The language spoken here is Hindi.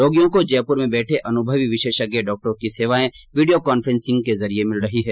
रोगियों को जयपुर में बैठे अनुभवी विशेषज्ञ डॉक्टरों की सेवाएं वीडियो कांफ्रेंसिंग के जरिए मिल रही है